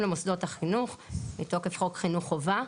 למוסדות החינוך מתוקף חוק חינוך חובה,